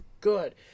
good